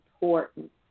important